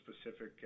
specific